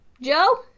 Joe